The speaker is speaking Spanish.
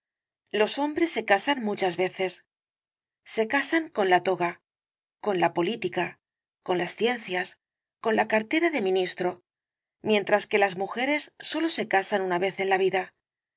los hombres se casan muchas veces se casan con la toga con la política con las ciencias con la cartera de ministro mientras que las mujeres sólo se casan una vez en la vida